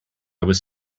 was